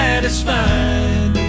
Satisfied